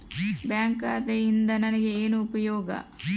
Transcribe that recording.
Bank ಖಾತೆಯಿಂದ ನನಗೆ ಏನು ಉಪಯೋಗ?